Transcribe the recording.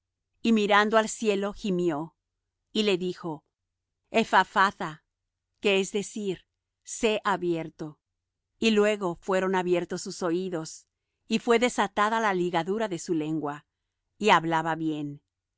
y mirando al cielo gimió y le dijo ephphatha que es decir sé abierto y luego fueron abiertos sus oídos y fué desatada la ligadura de su lengua y hablaba bien